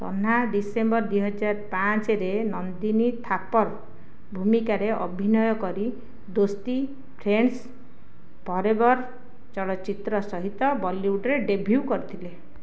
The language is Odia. ତନ୍ନା ଡିସେମ୍ବର ଦୁଇହଜାରରେ ନନ୍ଦିନୀ ଥାପର ଭୂମିକାରେ ଅଭିନୟ କରି ଦୋସ୍ତି ଫ୍ରେଣ୍ଡସ୍ ଫରେଭର୍ ଚଳଚ୍ଚିତ୍ର ସହିତ ବଲିଉଡ଼ରେ ଡେବ୍ୟୁ କରିଥିଲେ